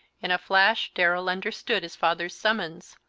in a flash darrell understood his father's summons.